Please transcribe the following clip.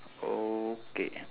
okay